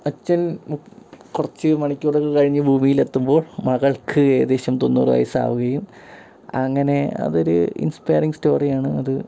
അച്ഛൻ മുപ് കുറച്ചു മണിക്കൂറുകൾ കഴിഞ്ഞു ഭൂമിയിൽ എത്തുമ്പോൾ മകൾക്ക് ഏകദേശം തൊണ്ണൂറ് വയസ്സാകുകയും അങ്ങനെ അതൊരു ഇൻസ്പെയറിങ് സ്റ്റോറിയാണ് അത്